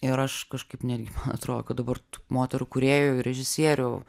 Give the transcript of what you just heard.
ir aš kažkaip netgi man atrodo kad dabar moterų kūrėjų režisierių